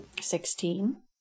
Sixteen